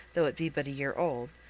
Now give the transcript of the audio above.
though it be but a year old,